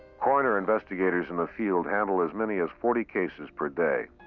coroner investigators in the field handle as many as forty cases per day.